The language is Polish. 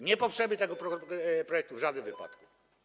Nie poprzemy tego projektu w żadnym wypadku.